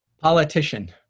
Politician